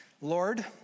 Lord